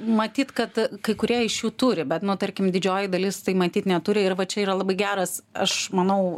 matyt kad kai kurie iš jų turi bet nu tarkim didžioji dalis tai matyt neturi ir va čia yra labai geras aš manau